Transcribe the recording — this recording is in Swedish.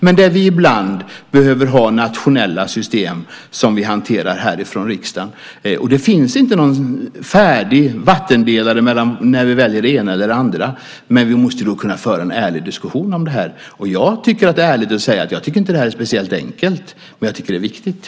Men vi behöver ibland ha nationella system som vi hanterar härifrån riksdagen. Det finns inte någon färdig vattendelare när vi väljer det ena eller det andra. Men vi måste kunna föra en ärlig diskussion om det. Jag kan ärligt säga att jag inte tycker att det är speciellt enkelt. Men jag tycker att det är viktigt.